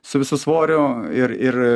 su visu svoriu ir ir